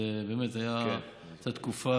זו הייתה תקופה